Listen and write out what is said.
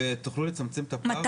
ותצליחו לצמצם את הפער?